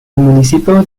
municipio